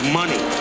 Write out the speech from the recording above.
money